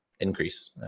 increase